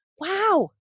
Wow